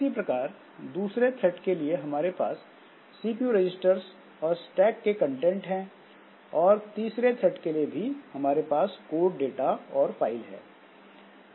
इसी प्रकार दूसरे थ्रेड के लिए हमारे पास सीपीयू रजिस्टर्स और स्टैक के कंटेंट हैं और तीसरे थ्रेड के लिए भी हमारे पास कोड डाटा और फाइल है